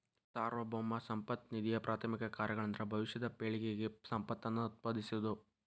ಸಾರ್ವಭೌಮ ಸಂಪತ್ತ ನಿಧಿಯಪ್ರಾಥಮಿಕ ಕಾರ್ಯಗಳಂದ್ರ ಭವಿಷ್ಯದ ಪೇಳಿಗೆಗೆ ಸಂಪತ್ತನ್ನ ಉತ್ಪಾದಿಸೋದ